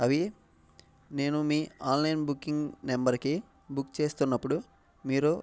అవి నేను మీ ఆన్లైన్ బుకింగ్ నెంబర్కి బుక్ చేస్తున్నప్పుడు మీరు